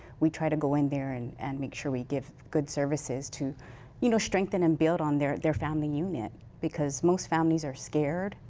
we try to go in there and and make sure we give good services to you know strengthen and build on their family unit. because most families are scared.